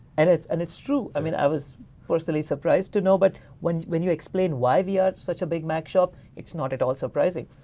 and it's and it's true i mean i was personally surprised to know but when when you explain why we are such a big mac shop, it's not at all surprising.